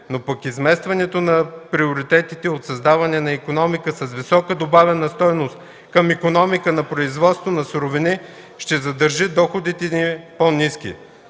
но пък изместването на приоритетите от създаване на икономика с висока добавена стойност към икономика на производство на суровини ще задържи доходите ни по-ниски.